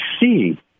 see